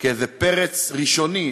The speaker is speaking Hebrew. כאיזה פרץ ראשוני,